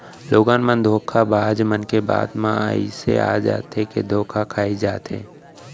लोगन मन धोखेबाज मन के बात म अइसे आ जाथे के धोखा खाई जाथे